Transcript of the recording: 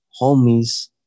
homies